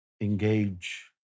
Engage